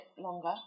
longer